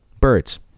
Birds